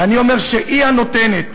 ואני אומר שהיא הנותנת.